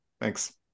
Thanks